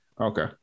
Okay